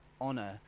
honor